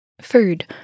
food